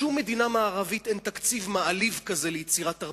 בשום מדינה מערבית אין תקציב מעליב כזה ליצירה תרבותית.